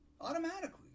Automatically